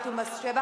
ביטול מס רכישה),